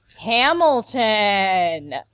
Hamilton